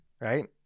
right